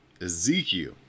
Ezekiel